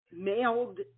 mailed